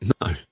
No